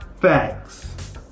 facts